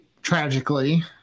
Tragically